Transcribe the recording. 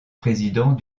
président